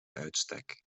uitstek